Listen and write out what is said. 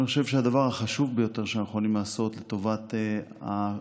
אני חושב שהדבר החשוב ביותר שאנחנו יכולים לעשות לטובת העם